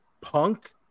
Punk